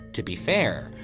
to be fair,